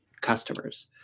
customers